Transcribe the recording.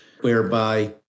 whereby